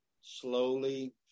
slowly